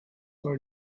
for